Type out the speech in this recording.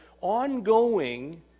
ongoing